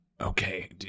okay